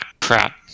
crap